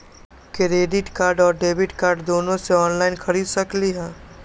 Credit card और debit card दोनों से ऑनलाइन खरीद सकली ह?